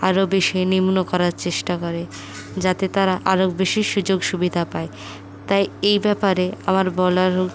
আরও বেশি নিম্ন করার চেষ্টা করে যাতে তারা আরও বেশি সুযোগ সুবিধা পায় তাই এই ব্যাপারে আমার বলার